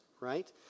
right